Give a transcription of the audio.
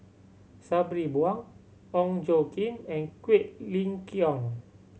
Sabri Buang Ong Tjoe Kim and Quek Ling Kiong